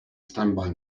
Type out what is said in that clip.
standby